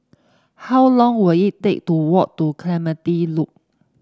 how long will it take to walk to Clementi Loop